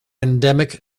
endemic